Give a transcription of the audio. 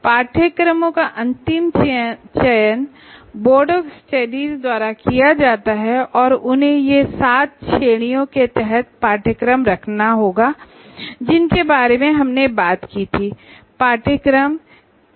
course का अंतिम चयन बोर्ड ऑफ स्टडीज द्वारा किया जाएगा और उन्हें इन सात श्रेणियों के तहत कोर्स रखना होगा जिनके बारे में हमने बात की थी